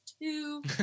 two